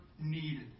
needed